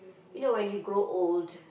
you know when you grow old